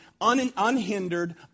unhindered